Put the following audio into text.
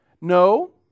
No